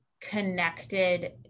connected